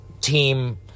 team